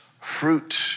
fruit